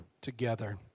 together